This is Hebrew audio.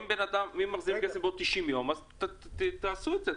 כי אם אדם מחזיר את הכסף בעוד 90 יום, תעשו את זה.